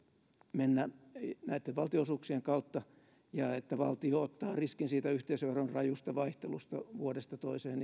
mennä näitten valtionosuuksien kautta ja se että valtio ottaa riskin siitä yhteisöveron rajusta vaihtelusta vuodesta toiseen